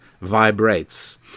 vibrates